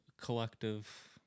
Collective